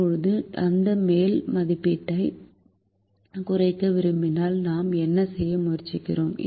இப்போது அந்த மேல் மதிப்பீட்டைக் குறைக்க விரும்பினால் நாம் என்ன செய்ய முயற்சிக்கிறோம்